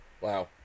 Wow